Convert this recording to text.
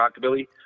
rockabilly